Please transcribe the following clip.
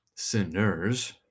Sinners